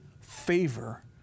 favor